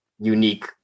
unique